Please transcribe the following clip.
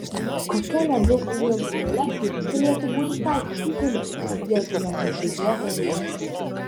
kokia labiau ugdanti galia galėtų būti taikoma kunigui jeigu ne nukryžiuotojo galia